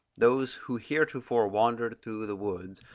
those who heretofore wandered through the woods,